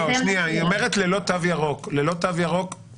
את אומרת "ללא תו ירוק" תחדדי,